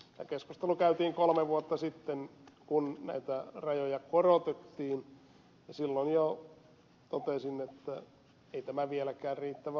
tämä keskustelu käytiin kolme vuotta sitten kun näitä rajoja korotettiin ja silloin jo totesin että ei tämä vieläkään riittävä ole